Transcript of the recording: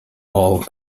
all